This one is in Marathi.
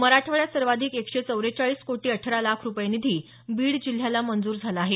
मराठवाड्यात सर्वाधिक एकशे चव्वेचाळीस कोटी अठरा लाख रुपये निधी बीड जिल्ह्याला मंजूर झाला आहे